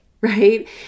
right